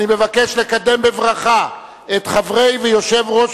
אני מבקש לקדם בברכה את חברי ויושב-ראש